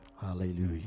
Hallelujah